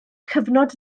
cyfnod